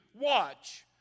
watch